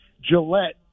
Gillette